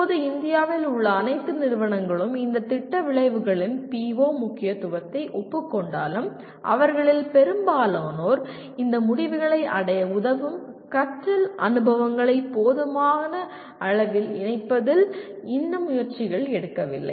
தற்போது இந்தியாவில் உள்ள அனைத்து நிறுவனங்களும் இந்த திட்ட விளைவுகளின் முக்கியத்துவத்தை ஒப்புக் கொண்டாலும் அவர்களில் பெரும்பாலோர் இந்த முடிவுகளை அடைய உதவும் கற்றல் அனுபவங்களை போதுமான அளவில் இணைப்பதில் இன்னும் முயற்சிகள் எடுக்கவில்லை